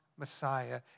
Messiah